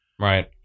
Right